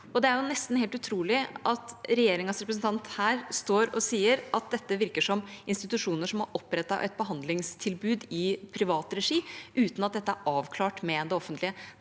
Det er nesten helt utrolig at regjeringas representant står her og sier at det virker som institusjoner har opprettet et behandlingstilbud i privat regi uten at det er avklart med det offentlige.